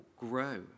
grow